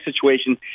situation